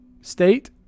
State